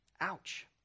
Ouch